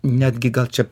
netgi gal čia